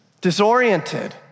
disoriented